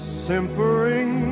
simpering